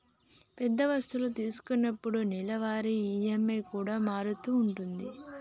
పెద్ద వస్తువు తీసుకున్నప్పుడు నెలవారీ ఈ.ఎం.ఐ కూడా మారుతూ ఉంటది